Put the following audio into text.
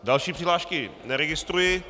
Další přihlášky neregistruji.